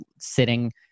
sitting